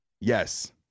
yes